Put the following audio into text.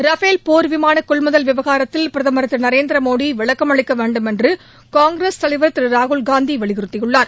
Rafale போர் விமான கொள்முதல் விவகாரத்தில் பிரதமர் திரு நரேந்திர மோடி விளக்கம் அளிக்க வேண்டும் என்று காங்கிரஸ் தலைவர் திரு ராகுல்காந்தி வலியுறுத்தியுள்ளார்